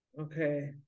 Okay